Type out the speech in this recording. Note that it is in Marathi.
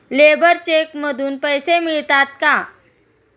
लेबर चेक मधून पैसे मिळतात का?